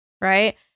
Right